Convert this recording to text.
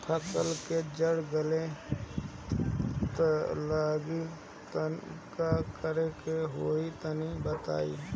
फसल के जड़ गले लागि त का करेके होई तनि बताई?